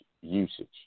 Usage